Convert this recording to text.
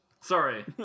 Sorry